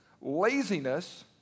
laziness